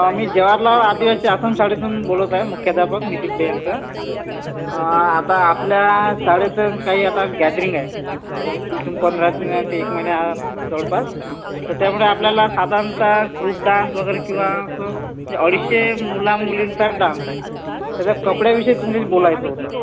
मी जवाहरलाल आदिवासी आसम शाळेतून बोलत आहे मुख्याध्यापक नितीश जयंकर आता आपल्या शाळेतून काही आता गॅदरिंग आहे तर इथुन पंधरा ते एक महिना जवळपास तर त्यामुळे आपल्याला साधारणत ग्रुप डान्स वगैरे किंवा असं जे अडीचशे मुलामुलींचाच डान्स आहे तर कपड्याविषयी तुमच्याशी बोलायचं होतं